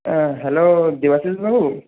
হ্যাঁ হ্যালো দেবাশিসবাবু